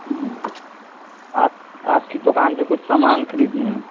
ہوں آپ آپ کی دکان سے کچھ سامان خریدنے ہیں